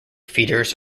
feeders